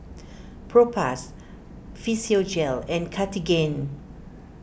Propass Physiogel and Cartigain